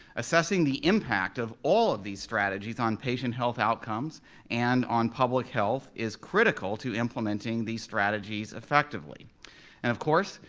assessing the impact of all of these strategies on patient health outcomes and on public health is critical to implementing these strategies effectively. and of course,